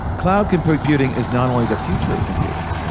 cloud computing is not only the future of computing, and